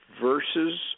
versus